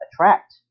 attract